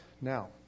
now